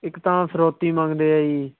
ਇੱਕ ਤਾਂ ਫਿਰੌਤੀ ਮੰਗਦੇ ਆ ਜੀ